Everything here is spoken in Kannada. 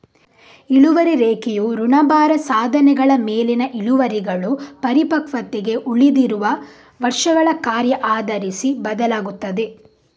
ಇಳುವರಿ ರೇಖೆಯು ಋಣಭಾರ ಸಾಧನಗಳ ಮೇಲಿನ ಇಳುವರಿಗಳು ಪರಿಪಕ್ವತೆಗೆ ಉಳಿದಿರುವ ವರ್ಷಗಳ ಕಾರ್ಯ ಆಧರಿಸಿ ಬದಲಾಗುತ್ತದೆ